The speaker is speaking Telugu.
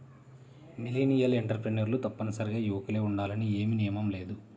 మిలీనియల్ ఎంటర్ప్రెన్యూర్లు తప్పనిసరిగా యువకులే ఉండాలని ఏమీ నియమం లేదు